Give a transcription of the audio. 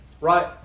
right